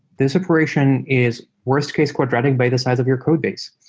this operation is worst case quadratic by the size of your codebase,